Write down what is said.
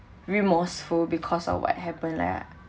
remorseful because of what happened lah